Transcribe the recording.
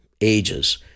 ages